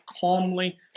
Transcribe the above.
calmly